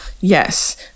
Yes